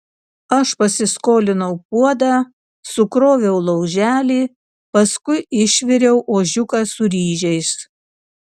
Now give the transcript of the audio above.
aš pasiskolinau puodą sukroviau lauželį paskui išviriau ožiuką su ryžiais